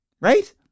Right